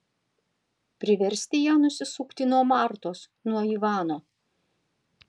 priversti ją nusisukti nuo martos nuo ivano